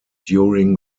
during